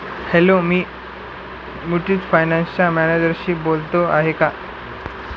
hello मी मुत्थूट फायनाॅन्सच्या मॅनेजरशी बोलतो आहे का